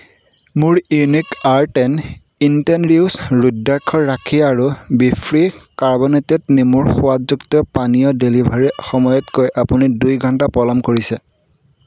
মোৰ unique art and interiors ৰুদ্ৰাক্ষৰ ৰাখী আৰু বিফ্ৰী কাৰ্বনেটেড নেমুৰ সোৱাদযুক্ত পানীয়ৰ ডেলিভাৰীৰ সময়তকৈ আপুনি দুই ঘণ্টা পলম কৰিছে